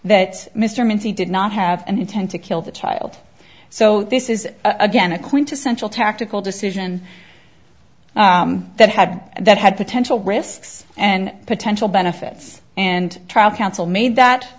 that mr mincy did not have an intent to kill the child so this is again a quintessential tactical decision that had that had potential risks and potential benefits and trial counsel made that